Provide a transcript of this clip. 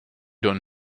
doing